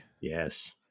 yes